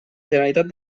generalitat